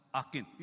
akin